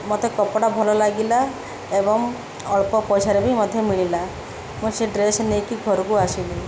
ମୋତେ କପଡ଼ା ଭଲ ଲାଗିଲା ଏବଂ ଅଳ୍ପ ପଇସାରେ ବି ମୋତେ ମିଳିଲା ମୁଁ ସେ ଡ୍ରେସ୍ ନେଇକି ଘରକୁ ଆସିଲି